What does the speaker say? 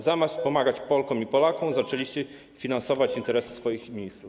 Zamiast pomagać Polkom i Polakom, zaczęliście finansować interesy swoich ministrów.